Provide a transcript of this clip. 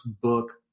book